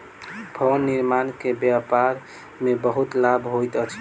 भवन निर्माण के व्यापार में बहुत लाभ होइत अछि